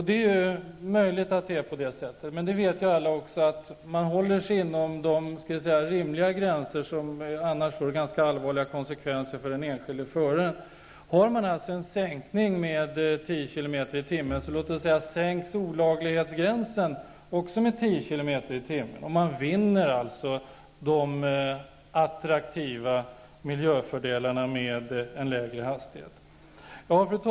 Det är möjligt att det är på det sättet, men alla vet ju också att man bör hålla sig inom rimliga gränser, annars får det ganska allvarliga konsekvenser för den enskilde föraren. Vid en sänkning av hastighetsgränsen med 10 kilometer i timmen sänks också olaglighetsgränsen med 10 kilometer i timmen. Man vinner alltså de attraktiva miljöfördelarna med en lägre hastighet. Fru talman!